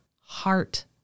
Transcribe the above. heart